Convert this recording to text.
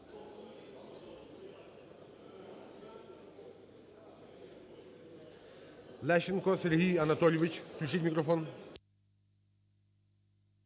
Лещенко Сергій Анатолійович. Включіть мікрофон.